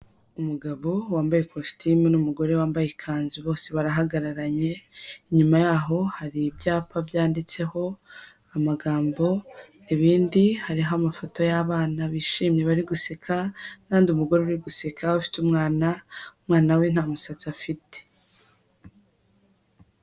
Umugabo wambaye ikositimu n'umugore wambaye ikanzu bose barahagararanye, inyuma yaho hari ibyapa byanditseho amagambo, ibindi hariho amafoto y'abana bishimye bari guseka n'andi umugore uri guseka afite umwana, umwana we nta musatsi afite.